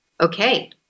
Okay